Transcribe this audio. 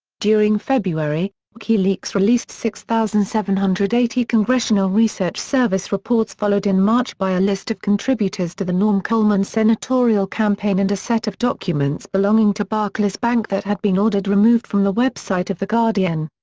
during february, wikileaks released six thousand seven hundred and eighty congressional research service reports followed in march by a list of contributors to the norm coleman senatorial campaign and a set of documents belonging to barclays bank that had been ordered removed from the website of the guardian.